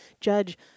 judge